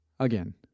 Again